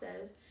says